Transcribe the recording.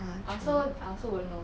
I also I also won't know